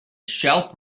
shelf